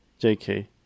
JK